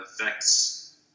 affects